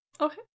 Okay